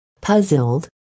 puzzled